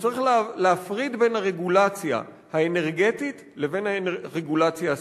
שצריך להפריד בין הרגולציה האנרגטית לבין הרגולציה הסביבתית.